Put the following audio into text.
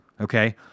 Okay